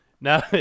now